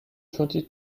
twenty